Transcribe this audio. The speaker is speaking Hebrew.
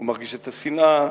הוא מרגיש את השנאה,